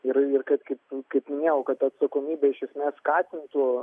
ir ir kad aip kaip minėjau kad atsakomybė iš esmės skatintų